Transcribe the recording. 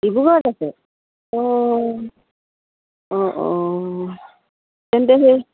ডিব্ৰুগড়ত আছে অঁ অঁ অঁ তেন্তে সেই